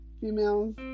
females